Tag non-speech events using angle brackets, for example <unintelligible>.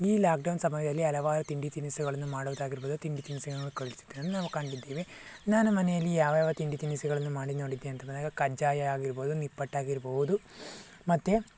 ಈ ಲಾಕ್ಡೌನ್ ಸಮಯದಲ್ಲಿ ಹಲವಾರು ತಿಂಡಿ ತಿನಿಸುಗಳನ್ನು ಮಾಡೊದಾಗಿರ್ಬೋದು ತಿಂಡಿ ತಿನಿಸುಗಳನ್ನು <unintelligible> ನಾವು ಕಂಡಿದ್ದೇವೆ ನಾನು ಮನೆಯಲ್ಲಿ ಯಾವ್ಯಾವ ತಿಂಡಿ ತಿನಿಸುಗಳನ್ನು ಮಾಡಿ ನೋಡಿದ್ದೆ ಅಂತ ಅಂದಾಗ ಕಜ್ಜಾಯ ಆಗಿರ್ಬೋದು ನಿಪ್ಪಟ್ಟು ಆಗಿರ್ಬೋದು ಮತ್ತೆ